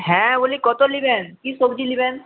হ্যাঁ বলি কত নেবেন কী সবজি নেবেন